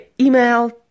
email